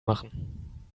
machen